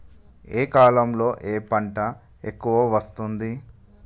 ఏ కాలంలో ఏ పంట ఎక్కువ వస్తోంది?